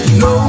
no